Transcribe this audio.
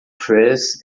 chris